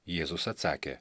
jėzus atsakė